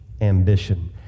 ambition